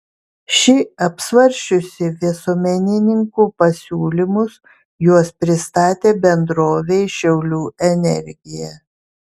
ši apsvarsčiusi visuomenininkų pasiūlymus juos pristatė bendrovei šiaulių energija